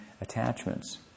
attachments